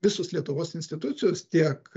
visos lietuvos institucijos tiek